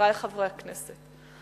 חברי חברי הכנסת,